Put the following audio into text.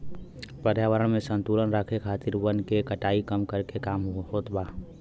पर्यावरण में संतुलन राखे खातिर वन के कटाई कम करके काम होत बा